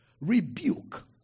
rebuke